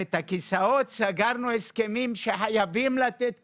ואת הכיסאות, סגרנו הסכמים שחייבים לתת כיסאות.